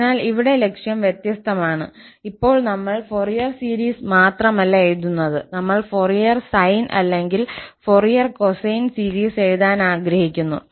അതിനാൽ ഇവിടെ ലക്ഷ്യം വ്യത്യസ്തമാണ് ഇപ്പോൾ നമ്മൾ ഫോറിയർ സീരീസ് മാത്രമല്ല എഴുതുന്നത് നമ്മൾ ഫോറിയർ സൈൻ അല്ലെങ്കിൽ ഫൊറിയർ കൊസൈൻ സീരീസ് എഴുതാൻ ആഗ്രഹിക്കുന്നു